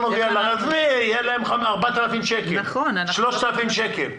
עזבי, יהיה להם 4,000 שקל, 3,000 שקל.